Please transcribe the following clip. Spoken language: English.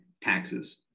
taxes